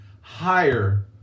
higher